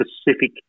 specific